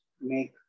make